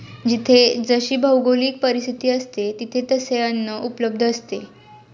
जिथे जशी भौगोलिक परिस्थिती असते, तिथे तसे अन्न उपलब्ध असतं